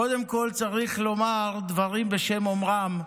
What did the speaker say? קודם כול, צריך לומר דברים בשם אומרם.